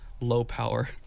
low-power